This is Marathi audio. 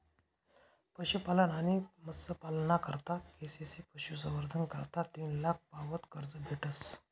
पशुपालन आणि मत्स्यपालना करता के.सी.सी पशुसंवर्धन करता तीन लाख पावत कर्ज भेटस